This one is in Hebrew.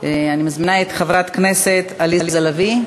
אני מזמינה את חברת הכנסת עליזה לביא.